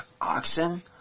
oxen